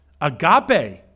Agape